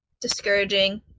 discouraging